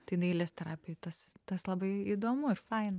tai dailės terapijoj tas tas labai įdomu ir faina